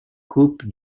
coupe